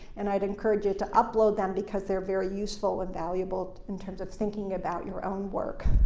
and i'd encourage you to upload them because they're very useful and valuable in terms of thinking about your own work.